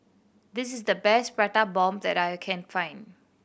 this is the best Prata Bomb that I can find